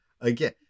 again